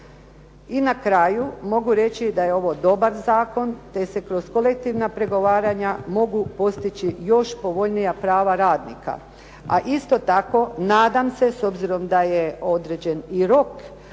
I na kraju mogu reći da je ovo dobar zakon, te se kroz kolektivna pregovaranja mogu postići još povoljnija prava radnika. A isto tako nadam se s obzirom da je određen i rok